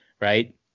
right